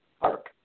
park